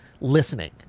listening